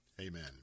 amen